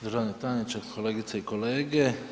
Državni tajniče, kolegice i kolege.